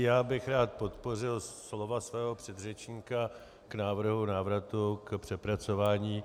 Já bych rád podpořil slova svého předřečníka k návrhu návratu k přepracování.